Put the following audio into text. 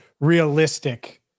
realistic